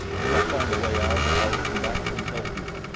if i find a way out, i'll come back and help you,